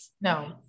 No